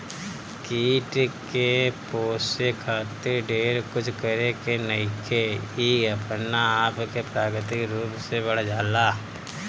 कीट के पोसे खातिर ढेर कुछ करे के नईखे इ अपना आपे प्राकृतिक रूप से बढ़ जाला